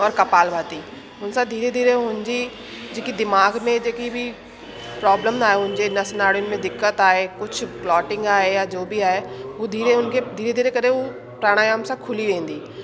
और कपाल भाति हुनसां धीरे धीरे हुनजी जेकि दीमाग़ु में जेकी बि प्रॉब्लम आहे हुनजे नस नाड़िन में दिक़त आहे कुझु क्लॉटिंग आहे या जो बि आहे हूअ धीरे हुननि खे धीरे धीरे करे हूअ प्राणायाम सां खुली वेंदी